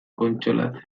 kontsolatzen